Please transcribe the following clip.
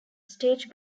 stage